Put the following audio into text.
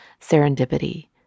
serendipity